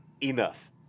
enough